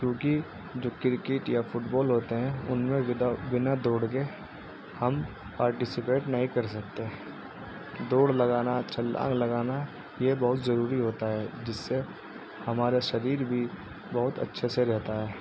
کیونکہ جو کرکٹ یا فٹ بال ہوتے ہیں ان میں وداؤٹ بنا دوڑ کے ہم پارٹیسپیٹ نہیں کر سکتے دوڑ لگانا چھلانگ لگانا یہ بہت ضروری ہوتا ہے جس سے ہمارا شریر بھی بہت اچھے سے رہتا ہے